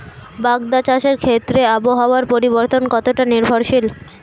বাগদা চাষের ক্ষেত্রে আবহাওয়ার পরিবর্তন কতটা নির্ভরশীল?